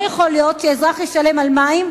לא יכול להיות שאזרח ישלם על מים